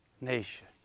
nation